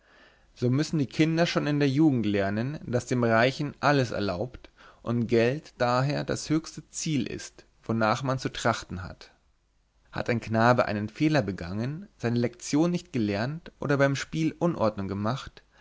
so müssen die kinder schon in der jugend lernen daß dem reichen alles erlaubt und geld daher das höchste ziel ist wonach man zu trachten hat hat ein knabe einen fehler begangen seine lektion nicht gelernt oder beim spiel unordnung gemacht